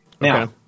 Now